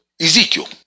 Ezekiel